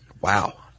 Wow